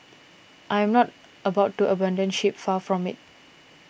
I am not about to abandon ship far from it